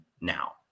now